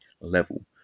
level